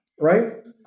right